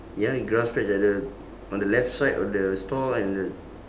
ya grass patch at the on the left side of the stall and the